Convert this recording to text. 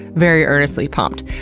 very earnestly pumped.